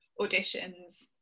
auditions